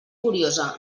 curiosa